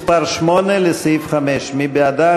הסתייגות מס' 8 לסעיף 5, מי בעדה?